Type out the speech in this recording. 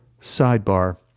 Sidebar